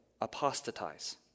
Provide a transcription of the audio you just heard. apostatize